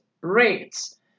rates